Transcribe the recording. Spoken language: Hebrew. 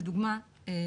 לדוגמא,